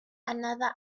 another